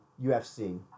UFC